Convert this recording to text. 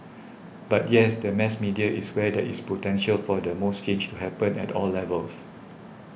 but yes the mass media is where there is potential for the most change to happen at all levels